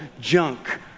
junk